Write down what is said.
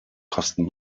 kosten